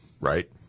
right